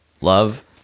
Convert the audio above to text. Love